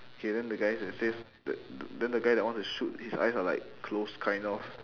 okay then the guy that says th~ the then the guy that want to shoot his eyes are like closed kind of